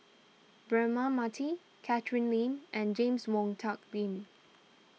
Braema Mathi Catherine Lim and James Wong Tuck Yim